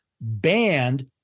banned